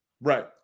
Right